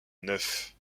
neuf